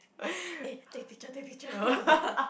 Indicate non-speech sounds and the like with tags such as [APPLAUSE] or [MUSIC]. [BREATH] eh take picture take picture of the